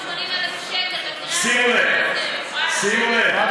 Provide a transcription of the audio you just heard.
580,000 שקל בקריית, שימו לב, זה, שימו לב, חברת